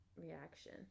reaction